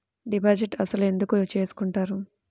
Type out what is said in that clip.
Deposit అసలు ఎందుకు చేసుకుంటారు?